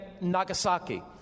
Nagasaki